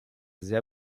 sehr